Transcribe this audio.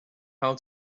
how